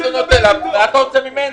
מה אתה רוצה ממנו?